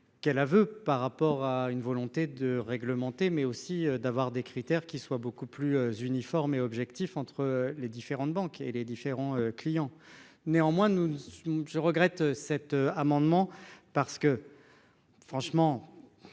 Quel aveu par rapport à une volonté de réglementer mais aussi d'avoir des critères qui soient beaucoup plus uniforme et objectifs entre les différentes banques et les différents clients néanmoins nous. Je regrette cet amendement parce que. Franchement.